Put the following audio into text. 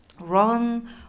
wrong